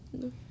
No